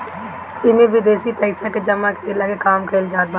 इमे विदेशी पइसा के जमा कईला के काम कईल जात बाटे